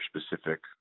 specific